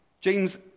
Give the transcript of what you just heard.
James